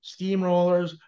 steamrollers